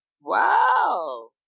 Wow